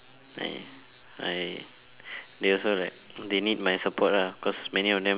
ya I they also like they need my support lah cause many of them